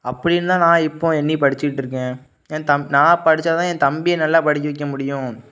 அப்படி இல்லைன்னா இப்போ எண்ணி படிச்சிட்டு இருக்கேன் என் தம் நான் படித்தா தான் என் தம்பியை நல்லா படிக்க வைக்க முடியும்